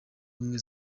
ubumwe